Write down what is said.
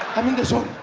i'm in the zone.